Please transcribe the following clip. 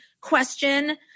question